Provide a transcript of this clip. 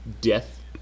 death